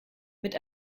mit